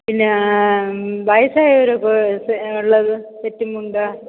പിന്നെ വയസായവർക്ക് ഉള്ളത് സെറ്റ് മുണ്ടോ